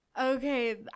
Okay